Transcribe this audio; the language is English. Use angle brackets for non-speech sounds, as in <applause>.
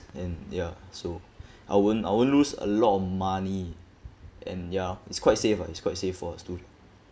and ya so <breath> I won't I won't lose a lot of money and ya it's quite safe ah it's quite safe for a student